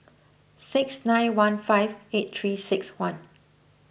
six nine one five eight three six one